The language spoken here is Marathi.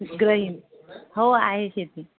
गृहिणी हो आहे शेती